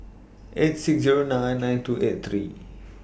eight six Zero nine nine two eight three